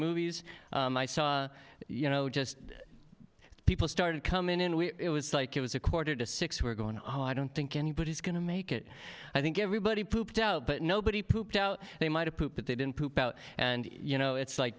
movies i saw you know just people started coming in we it was like it was a quarter to six were going on i don't think anybody is going to make it i think everybody pooped out but nobody pooped out they might have but they didn't poop out and you know it's like